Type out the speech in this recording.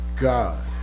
God